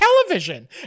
television